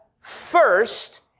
first